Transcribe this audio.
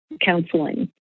counseling